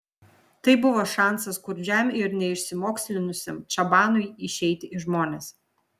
tai buvo šansas skurdžiam ir neišsimokslinusiam čabanui išeiti į žmones